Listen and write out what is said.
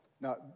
Now